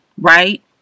right